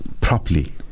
properly